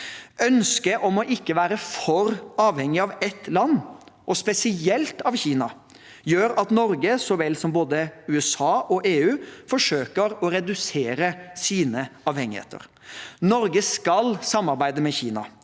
Ønsket om ikke å være for avhengig av ett land – og spesielt av Kina – gjør at Norge, så vel som både USA og EU, forsøker å redusere sine avhengigheter. Norge skal samarbeide med Kina